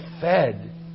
fed